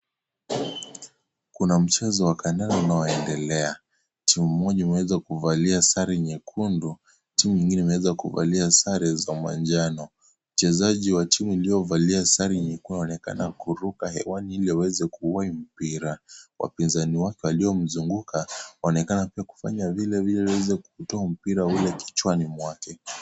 Kuna mchezo wa kandanda unaendelea, timu moja umeweza kuvalia sare nyekundu. Timu ingine imeweza kuvalia sare za manjano. Mchezaji wa timu iliyo valia sare nyekundu anaonekana kuruka ewani Ili aweze kuwai mpira. Waapinzani wake walio kumzunguka wanaonekana kufanya wima Ili waweze kuito mpira kichwani mwake.